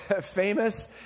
famous